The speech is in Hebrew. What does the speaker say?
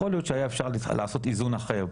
יכול להיות שהיה אפשר לעשות איזון אחר,